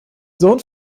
sohn